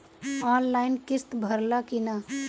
Online किस्त भराला कि ना?